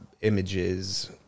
images